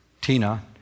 Tina